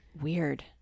Weird